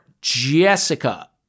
Jessica